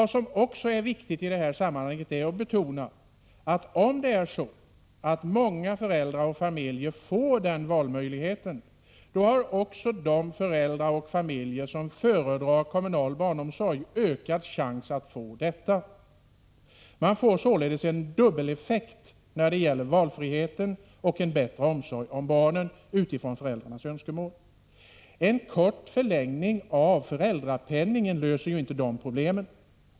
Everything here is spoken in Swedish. Det är viktigt att i det sammanhanget betona att om många föräldrar och familjer får den valmöjligheten, har också de föräldrar och familjer som föredrar kommunal barnomsorg ökade chanser att få det. Man får således en dubbel effekt när det gäller valfriheten och en bättre omsorg om barnen utifrån föräldrarnas önskemål. En kort förlängning av föräldrapenningen löser ju inte de problemen.